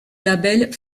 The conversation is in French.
label